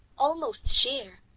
almost sheer,